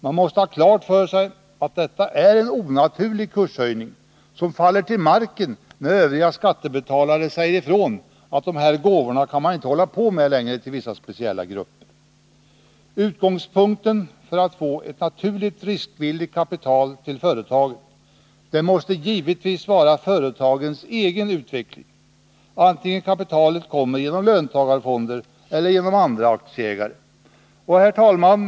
Man måste ha klart för sig att detta är en onaturlig kurshöjning, som faller till marken när övriga skattebetalare säger ifrån att man inte längre kan hålla på med dessa gåvor till vissa grupper. Utgångspunkten för att man skall kunna få ett naturligt riskvilligt kapital till företagen måste givetvis vara företagens egen utveckling, vare sig kapitalet kommer genom löntagarfonder eller genom andra aktieköpare. Herr talman!